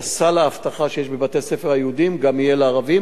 סל האבטחה שיש בבתי-הספר היהודיים גם יהיה לערבים,